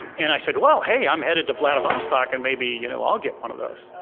and i said well hey, i'm headed to vladivostok, and maybe you know i'll get one of those.